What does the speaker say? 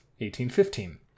1815